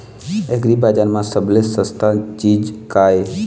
एग्रीबजार म सबले सस्ता चीज का ये?